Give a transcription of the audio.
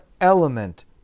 element